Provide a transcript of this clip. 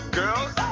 girls